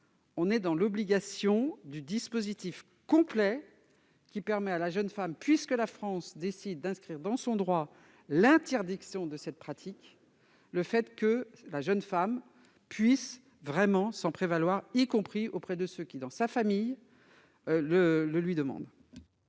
important de prévoir un dispositif complet. Ce n'est pas du bavardage. Puisque la France décide d'inscrire dans son droit l'interdiction de cette pratique, il faut que la jeune femme puisse vraiment s'en prévaloir, y compris auprès de ceux qui, dans sa famille, lui demandent